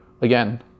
again